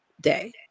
day